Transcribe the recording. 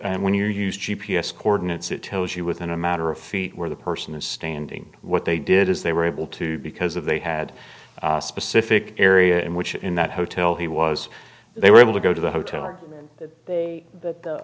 and when you use g p s coordinates it tells you within a matter of feet where the person is standing what they did is they were able to because if they had a specific area in which in that hotel he was they were able to go to the hotel